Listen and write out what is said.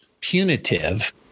punitive